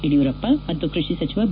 ಯಡಿಯೂರಪ್ಪ ಮತ್ತು ಕೃಷಿ ಸಚಿವ ಬಿ